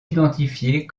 identifiés